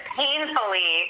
painfully